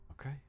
Okay